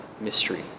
mystery